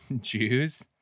Jews